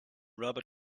rubber